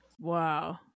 wow